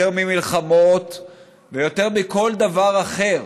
יותר ממלחמות ויותר מכל דבר אחר.